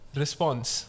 response